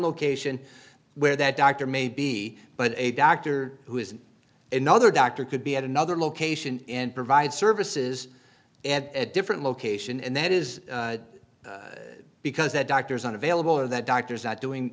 location where that doctor may be but a doctor who is another doctor could be at another location and provide services and a different location and that is because the doctors are unavailable or that doctors are not doing